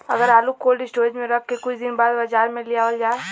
अगर आलू cold storage में रख के कुछ दिन बाद बाजार में लियावल जा?